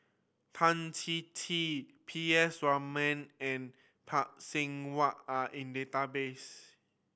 Tan Chin Chin P S Raman and Phay Seng Whatt are in database